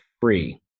free